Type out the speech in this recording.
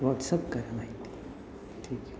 WhatsApp करा माहिती ठीक आहे